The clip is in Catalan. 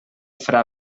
fra